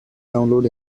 download